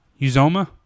Uzoma